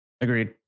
Agreed